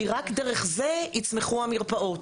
כי רק דרך זה יצמחו המרפאות.